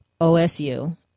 OSU